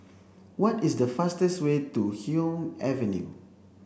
What is the fastest way to Hume Avenue